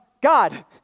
God